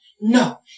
no